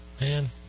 Man